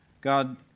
God